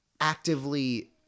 actively